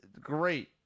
great